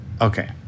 Okay